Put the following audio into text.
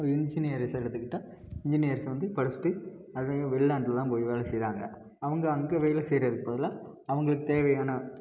ஒரு இன்ஜினியர்ஸ்ஸை எடுத்துக்கிட்டால் இன்ஜினியர்ஸ்ஸை வந்து படிச்சுட்டு அதிகம் வெளிநாட்டில் தான் போய் வேலை செய்கிறாங்க அவங்க அங்கே வேலை செய்றதுக்கு பதிலாக அவங்களுக்கு தேவையான